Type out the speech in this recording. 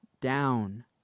down